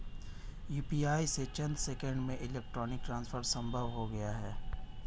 UPI से चंद seconds में इलेक्ट्रॉनिक ट्रांसफर संभव हो गया है